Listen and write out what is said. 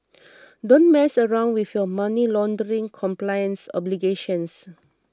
don't mess around with your money laundering compliance obligations